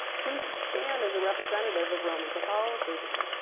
who should stand as a representative of roman catholicism?